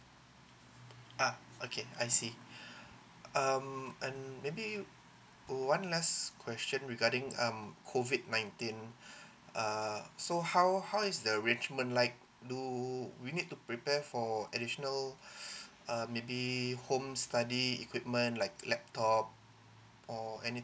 uh okay I see um and maybe one last question regarding um COVID nineteen uh so how how is the arrangement like do we need to prepare for additional err maybe home study equipment like laptop or any